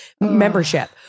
membership